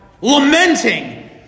Lamenting